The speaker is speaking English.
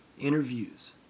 Interviews